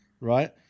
right